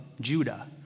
Judah